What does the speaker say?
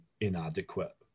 inadequate